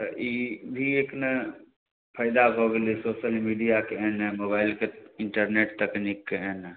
तऽ ई भी एक ने फाइदा भऽ गेलै सोशल मीडिआके अएने मोबाइलके इन्टरनेट तकनीकके अएने